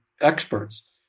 experts